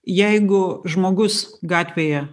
jeigu žmogus gatvėje